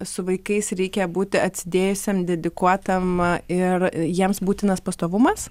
su vaikais reikia būti atsidėjusiam dedikuotam ir jiems būtinas pastovumas